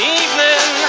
evening